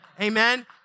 Amen